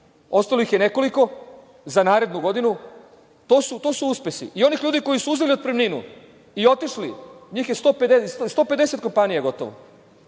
Ostalo ih nekoliko za narednu godinu. To su uspesi i onih ljudi koji su uzeli otpremninu i otišli. NJih je 150 kompanija gotovo.